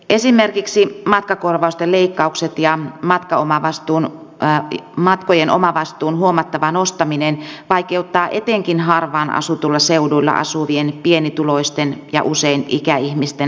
esimerkiksi matkakorvausten leikkaukset ja matkojen omavastuun huomattava nostaminen vaikeuttavat etenkin harvaan asutuilla seuduilla asuvien pienituloisten ja usein ikäihmisten taloudellista tilannetta